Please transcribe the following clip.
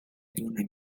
lluna